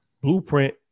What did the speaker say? blueprint